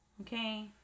okay